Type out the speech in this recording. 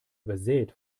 übersät